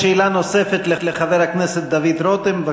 יש שאלה נוספת לחבר הכנסת דוד רותם.